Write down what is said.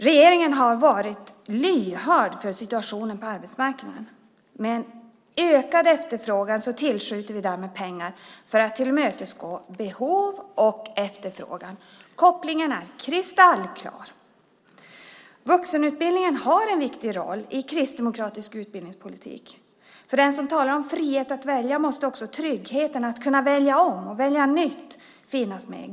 Regeringen har varit lyhörd för situationen på arbetsmarknaden. Med en ökad efterfrågan tillskjuter vi därmed pengar för att tillmötesgå behov och efterfrågan. Kopplingen är kristallklar. Vuxenutbildningen har en viktig roll i kristdemokratisk utbildningspolitik, för den som talar om frihet att välja måste också tryggheten att kunna välja om och välja nytt finnas med.